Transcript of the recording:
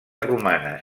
romana